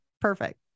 perfect